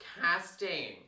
casting